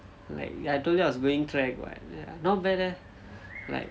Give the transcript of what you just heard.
like I told you I was going track [what] ya not bad leh like